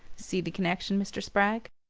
see the connection, mr. spragg?